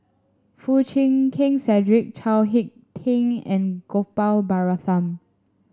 Foo Chee Keng Cedric Chao HicK Tin and Gopal Baratham